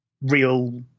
real